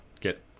get